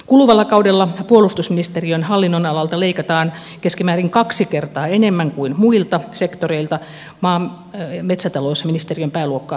kuluvalla kaudella puolustusministeriön hallinnonalalta leikataan keskimäärin kaksi kertaa enemmän kuin muilta sektoreilta maa ja metsätalousministeriön pääluokkaa lukuun ottamatta